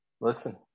Listen